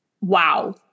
wow